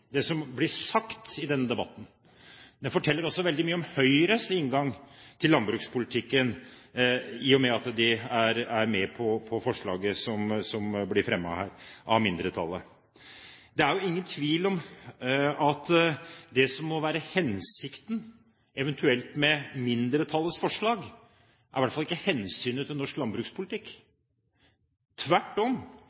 Det forteller også veldig mye om Høyres inngang til landbrukspolitikken, i og med at de er med på forslaget som her blir fremmet av mindretallet. Det er jo ingen tvil om at det som eventuelt må være hensikten med mindretallets forslag, i hvert fall ikke er hensynet til norsk landbrukspolitikk,